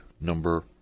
number